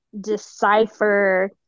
decipher